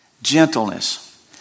Gentleness